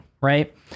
right